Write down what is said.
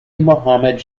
mohamed